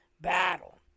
Battle